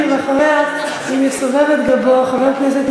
נסים זאב.